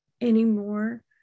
anymore